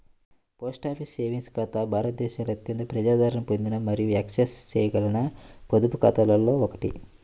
post office savings ఖాతా భారతదేశంలో అత్యంత ప్రజాదరణ పొందిన మరియు యాక్సెస్ చేయగల పొదుపు ఖాతాలలో ఒకటి